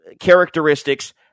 characteristics